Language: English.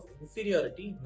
inferiority